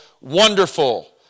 Wonderful